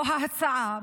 או ההצעה,